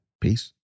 Peace